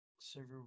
server